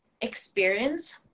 experience